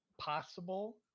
possible